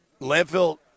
Landfill